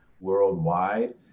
worldwide